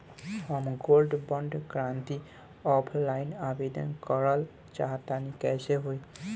हम gold bond करंति offline आवेदन करल चाह तनि कइसे होई?